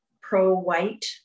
pro-white